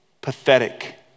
pathetic